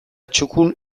txukun